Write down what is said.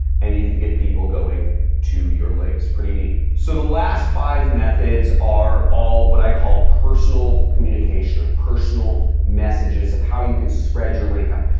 and you can get people going to your links. pretty neat. so, the last five methods are all what i call personal communication or personal messages of how you can spread your link on.